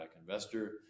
investor